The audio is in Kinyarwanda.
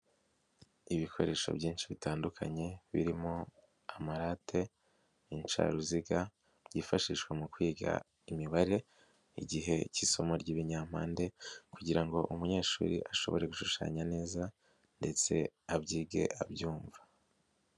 Ibikoresho byinshi bitandukanye birimo amarate, incaruziga byifashishwa mu kwiga imibare igihe cy'isomo ry'ibinyampande kugira ngo umunyeshuri ashobore gushushanya neza ndetse abyige abyumva.